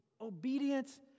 Obedience